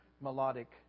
melodic